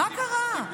מה קרה?